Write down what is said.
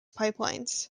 pipelines